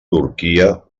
turquia